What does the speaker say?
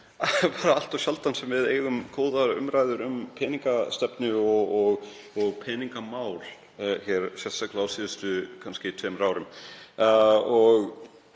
er allt of sjaldan sem við eigum góðar umræður um peningastefnu og peningamál hér, sérstaklega á síðustu tveimur árum.